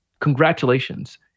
congratulations